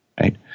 right